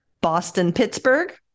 Boston-Pittsburgh